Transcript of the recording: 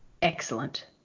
Excellent